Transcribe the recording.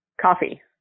Coffee